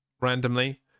randomly